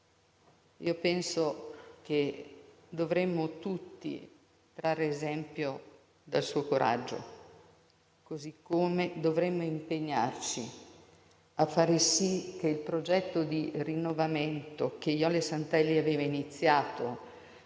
Penso che dovremmo tutti trarre esempio dal suo coraggio, così come dovremmo impegnarci a far sì che il progetto di rinnovamento che Jole Santelli aveva iniziato